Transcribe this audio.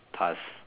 pass